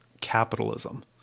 capitalism